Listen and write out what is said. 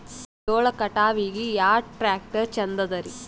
ಜೋಳ ಕಟಾವಿಗಿ ಯಾ ಟ್ಯ್ರಾಕ್ಟರ ಛಂದದರಿ?